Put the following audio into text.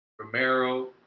Romero